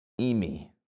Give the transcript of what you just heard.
emi